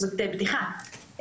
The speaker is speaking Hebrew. זאת בדיחה,